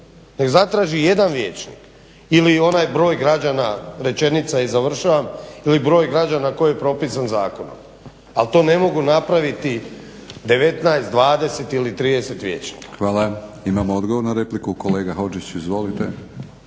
nek zatraži jedan vijećnik ili onaj broj građana, rečenica i završavam, ili broj građana koji je propisan zakonom ali to ne mogu napraviti 19, 20 ili 30 vijećnika. **Batinić, Milorad (HNS)** Hvala. Imamo odgovor na repliku. Kolega Hodžić, izvolite.